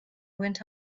went